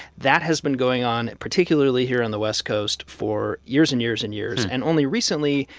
that has been going on, particularly here on the west coast, for years and years and years. and only recently,